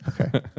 Okay